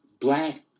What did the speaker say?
black